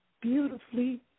Beautifully